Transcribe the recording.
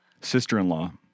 Sister-in-law